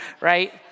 right